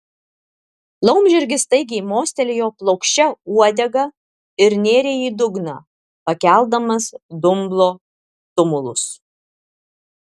laumžirgis staigiai mostelėjo plokščia uodega ir nėrė į dugną pakeldamas dumblo tumulus